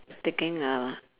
taking uh